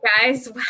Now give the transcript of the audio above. guys